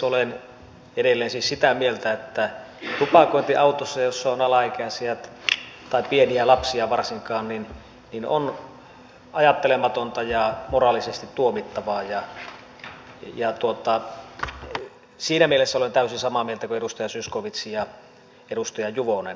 olen edelleen siis sitä mieltä että tupakointi autossa jossa on alaikäisiä tai varsinkin pieniä lapsia on ajattelematonta ja moraalisesti tuomittavaa ja siinä mielessä olen täysin samaa mieltä kuin edustaja zyskowicz ja edustaja juvonen